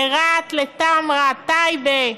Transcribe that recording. רהט, תמרה, טייבה,